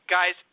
Guys